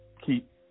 keep